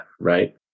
right